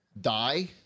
die